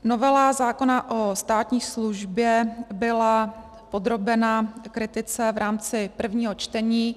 Novela zákona o státní službě byla podrobena kritice v rámci prvního čtení.